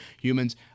humans